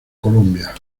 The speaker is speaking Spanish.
colombia